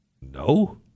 No